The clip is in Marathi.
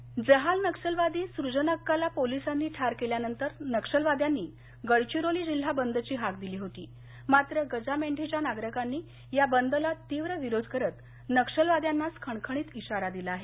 गडचिरोली जहाल नक्षलवादी सुजनक्काला पोलिसांनी ठार केल्यानंतर नक्षलवाद्यांनी गडचिरोली जिल्हा बंद ची हाक दिली होती मात्र गजामेंढीच्या नागरिकांनी या बंदला तीव्र विरोध करत नक्षलवाद्यानाच खणखणीत इशारा दिला आहे